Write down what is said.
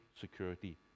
security